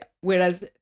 Whereas